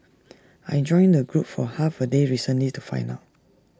I joined the group for half A day recently to find out